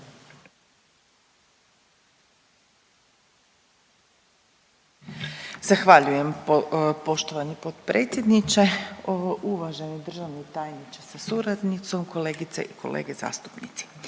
Zahvaljujem poštovani potpredsjedniče, uvaženi državni tajniče sa suradnicom, kolegice i kolege zastupnici.